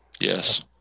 yes